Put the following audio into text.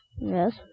Yes